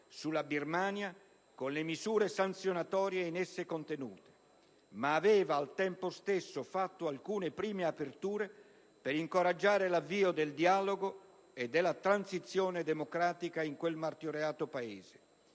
sulla Birmania, con le misure sanzionatorie in essa contenute, ma aveva al tempo stesso fatto alcune prime aperture per incoraggiare l'avvio del dialogo e della transizione democratica in quel martoriato Paese.